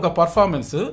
performance